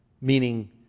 meaning